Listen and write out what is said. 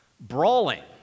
brawling